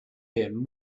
him